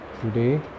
Today